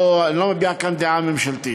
אני לא מביע כאן דעה ממשלתית.